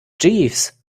jeeves